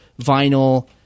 vinyl